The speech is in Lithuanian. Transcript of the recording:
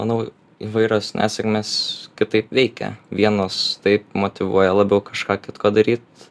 manau įvairios nesėkmės kitaip veikia vienos taip motyvuoja labiau kažką kitko daryt